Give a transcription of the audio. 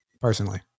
personally